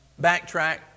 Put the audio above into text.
backtrack